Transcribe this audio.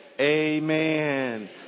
amen